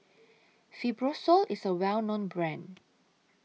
Fibrosol IS A Well known Brand